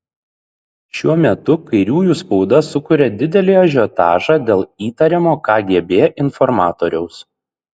šiuo metu kairiųjų spauda sukuria didelį ažiotažą dėl įtariamo kgb informatoriaus